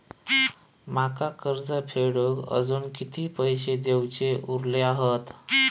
माका कर्ज फेडूक आजुन किती पैशे देऊचे उरले हत?